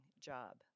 job